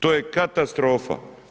To je katastrofa.